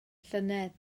llynedd